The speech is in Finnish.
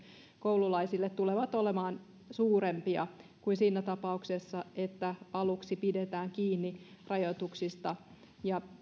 koululaisille tulevat olemaan suurempia kuin siinä tapauksessa että aluksi pidetään kiinni rajoituksista ja